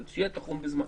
אבל שיהיה תחום בזמן.